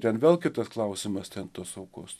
ten vėl kitas klausimas ten tos aukos